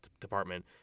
department